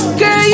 girl